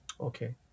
Okay